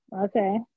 Okay